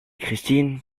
christine